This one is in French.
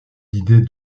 idée